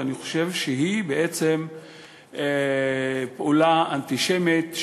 ואני חושב שהיא בעצם פעולה אנטישמית,